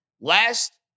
Last